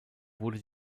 wurde